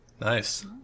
Nice